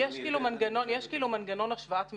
היא תיתן --- יש כאילו מנגנון השוואת מחירים.